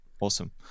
awesome